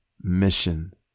mission